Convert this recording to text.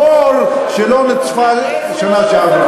הבור שלא נצפה בשנה שעברה.